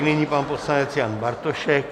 Nyní pan poslanec Jan Bartošek.